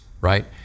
right